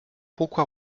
pourquoi